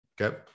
Okay